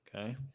okay